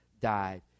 died